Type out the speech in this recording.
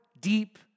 deep